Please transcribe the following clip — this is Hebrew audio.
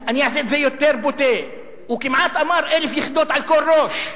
אני אעשה את זה יותר בוטה: הוא כמעט אמר: 1,000 יחידות על כל ראש.